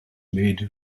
made